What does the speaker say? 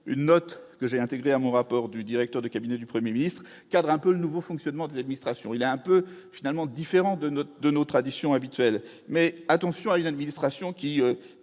une note que j'ai intégré à mon rapport du directeur de cabinet du 1er Ministre cadre un peu nouveau fonctionnement de l'administration, il y a un peu finalement différent de notre de nos traditions habituels, mais attention à une administration qui